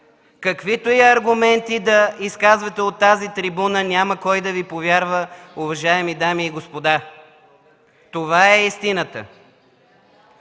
Каквито и аргументи да изказвате от тази трибуна, няма кой да Ви повярва, уважаеми дами и господа! Това е истината.